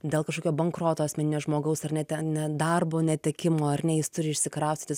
dėl kažkokio bankroto asmeninio žmogaus ar ne ten ne ne darbo netekimo ar ne jis turi išsikraustyt